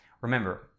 Remember